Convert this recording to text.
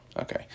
okay